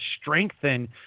strengthen